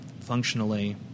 functionally